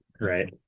Right